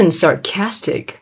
sarcastic